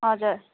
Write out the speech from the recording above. हजुर